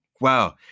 Wow